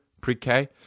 pre-K